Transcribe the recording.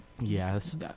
Yes